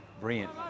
brilliant